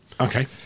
Okay